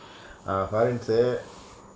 ah faryn say